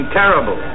terrible